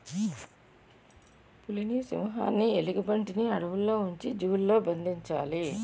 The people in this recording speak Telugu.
పులిని సింహాన్ని ఎలుగుబంటిని అడవుల్లో ఉంచి జూ లలో బంధించాలి